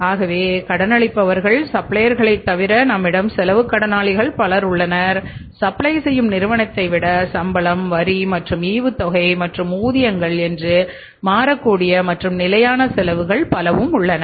ஆகவே கடனளிப்பவர்கள் சப்ளையர்களைத் தவிர நம்மிடம் செலவுக் கடனாளிகள் பலர் உள்ளனர் சப்ளை செய்யும் நிறுவனத்தை விட சம்பளம் வரி மற்றும் ஈவுத்தொகை மற்றும் ஊதியங்கள் என்று மாறக்கூடிய மற்றும் நிலையான செலவு பல உள்ளன